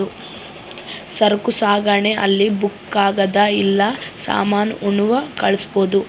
ಸರಕು ಸಾಗಣೆ ಅಲ್ಲಿ ಬುಕ್ಕ ಕಾಗದ ಇಲ್ಲ ಸಾಮಾನ ಉಣ್ಣವ್ ಕಳ್ಸ್ಬೊದು